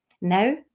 Now